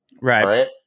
right